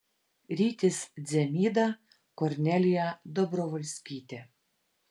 rytis dzemyda kornelija dobrovolskytė